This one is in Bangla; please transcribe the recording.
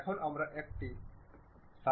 এখন আমি এই সার্কেলটি চাই না